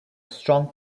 strong